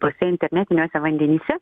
tuose internetiniuose vandenyse